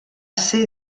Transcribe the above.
ser